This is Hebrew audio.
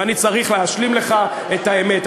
ואני צריך להשלים לך את האמת.